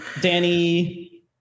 Danny